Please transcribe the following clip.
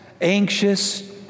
anxious